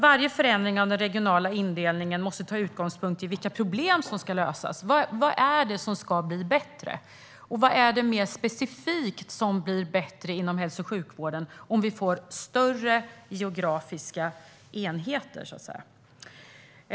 Varje förändring av den regionala indelningen måste göras med utgångspunkt i vilka problem som ska lösas. Vad är det som ska bli bättre? Och vad är det mer specifikt som blir bättre inom hälso och sjukvården om vi får större geografiska enheter?